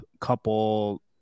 couple